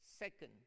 Second